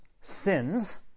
sins